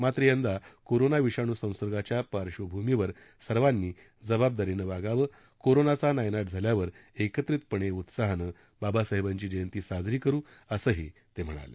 मात्र यंदा कोरोना विषाणू संसर्गाच्या पार्श्वभूमीवर सर्वांनी जबाबदारीनं वागावं कोरोनाचा नायनाट झाल्यावर एकत्रितपणे उत्साहानं बाबासाहेबांची जयंती साजरी करू असंही ते म्हणाले